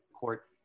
court